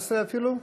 11 אפילו?